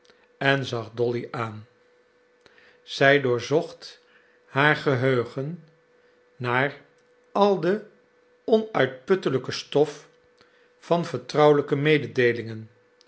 en zag dolly aan zij doorzocht haar geheugen naar al de onuitputtelijke stof van vertrouwelijke mededeelingen